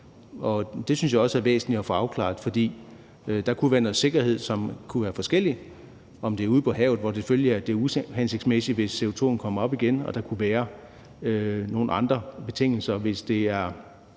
Det synes jeg også er væsentligt at få afklaret, for der kunne være nogle forskelle med hensyn til sikkerhed, for hvis det er ude på havet, er det selvfølgelig uhensigtsmæssigt, hvis CO2'en kommer op igen, og der kunne være nogle andre betingelser, hvis det er